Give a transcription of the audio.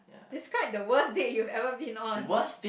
describe the worst date you've ever been on